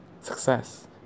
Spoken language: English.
success